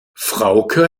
frauke